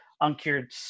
uncured